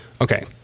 okay